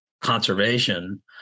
conservation